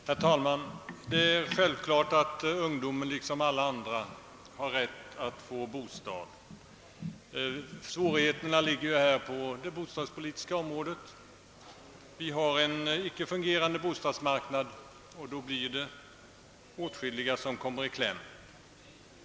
Herr talman! Det är självklart att ungdomen liksom alla andra har rätt att få bostad. Svårigheterna ligger på det bostadspolitiska området. Vi har en icke fungerande bostadsmarknad, och då blir det åtskilliga som kommer i kläm.